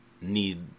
need